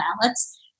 ballots